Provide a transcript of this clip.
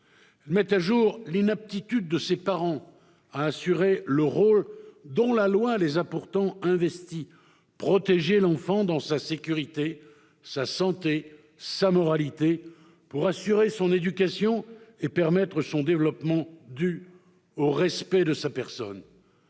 Elles mettent au jour l'inaptitude de ces parents à assurer le rôle dont la loi les a pourtant investis : protéger l'enfant dans sa sécurité, sa santé et sa moralité, pour assurer son éducation et permettre son développement, dans le respect dû à sa personne.